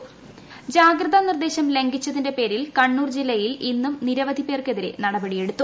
പ് കണ്ണൂർ ലംഘനം ജാഗ്രത നിർദ്ദേശം ലംഘിച്ചതിന്റെ പേരിൽ കണ്ണൂർ ജില്ലയിൽ ഇന്നും നിരവധി പേർക്കെതിരെ നൂട്പടിയെടുത്തു